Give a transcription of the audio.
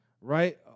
right